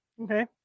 Okay